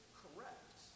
correct